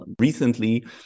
recently